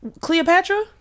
Cleopatra